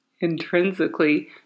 intrinsically